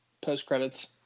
post-credits